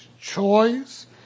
choice